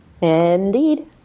Indeed